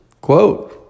Quote